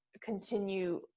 continue